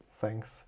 thanks